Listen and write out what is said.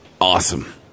Awesome